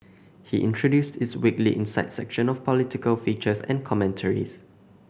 he introduced its weekly Insight section of political features and commentaries